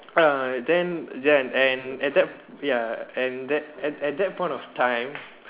err then then and at that ya and that at that at that point of time